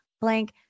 Blank